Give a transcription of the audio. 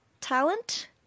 Talent